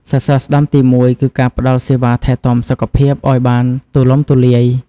សសរស្តម្ភទី១គឺការផ្តល់សេវាថែទាំសុខភាពឱ្យបានទូលំទូលាយ។